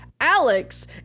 alex